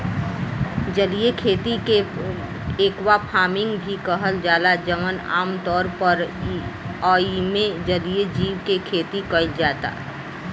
जलीय खेती के एक्वाफार्मिंग भी कहल जाला जवन आमतौर पर एइमे जलीय जीव के खेती कईल जाता